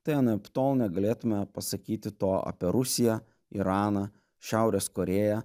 tai anaiptol negalėtume pasakyti to apie rusiją iraną šiaurės korėją